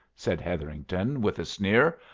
said hetherington with a sneer.